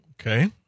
Okay